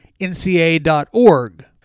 NCA.org